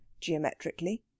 geometrically